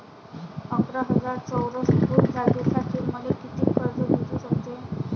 अकरा हजार चौरस फुट जागेसाठी मले कितीक कर्ज भेटू शकते?